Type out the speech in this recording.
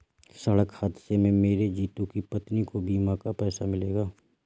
सड़क हादसे में मरे जितू की पत्नी को बीमा का पैसा मिलेगा